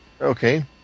Okay